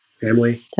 family